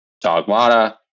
dogmata